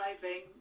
driving